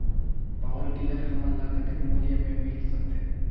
Power tiller हमन ल कतेक मूल्य मे मिल सकथे?